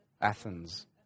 Athens